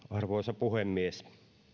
arvoisa puhemies